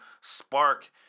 spark